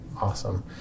Awesome